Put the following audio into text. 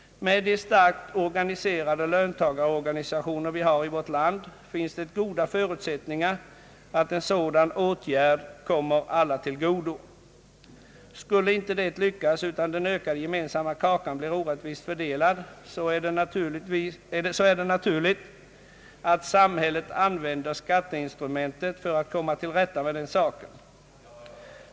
Med de starkt organiserade löntagarorganisationer vi har i vårt land finns det goda förutsättningar att en sådan åtgärd kommer alla till godo. Skulle inte det lyckas, utan den större gemensamma kakan blir orättvist fördelad, är det naturligt att samhället använder skatteinstrumentet för att komma till rätta med den saken.